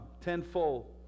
tenfold